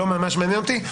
זה לא ממש מעניין אותי.